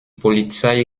polizei